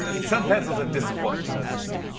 ah some pencils have disappointed. let's just say.